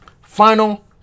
Final